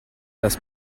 dass